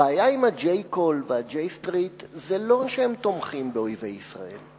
הבעיה עם ה-J Call וה-J Street זה לא שהם תומכים באויבי ישראל.